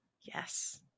Yes